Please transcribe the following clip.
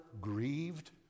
grieved